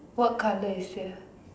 what colour is there